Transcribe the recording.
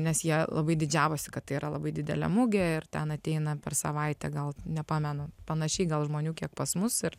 nes jie labai didžiavosi kad tai yra labai didelė mugė ir ten ateina per savaitę gal nepamenu panašiai gal žmonių kiek pas mus ir